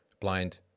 blind